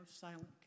silent